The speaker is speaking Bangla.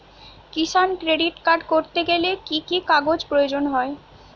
কিষান ক্রেডিট কার্ড করতে গেলে কি কি কাগজ প্রয়োজন হয়?